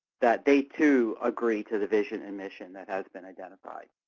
that they, too, agree to the vision and mission that has been identified.